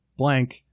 blank